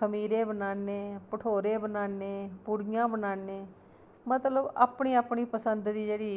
खमीरे बनाने भठोरे बनाने पूड़ियां बनाने मतलब अपनी अपनी पसंद दी जेह्ड़ी